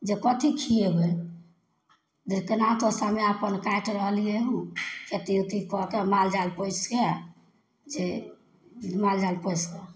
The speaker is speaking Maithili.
जे कथी खियेबै जे केना कऽ समए अपन काटि रहलियै हो केत्ते अथी कऽ कए मालजाल पोसिकए जे मालजाल पोसिकऽ